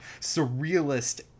surrealist